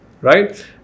right